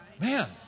Man